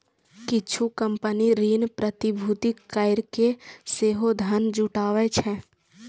किछु कंपनी ऋण प्रतिभूति कैरके सेहो धन जुटाबै छै